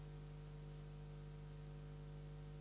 Hvala vam.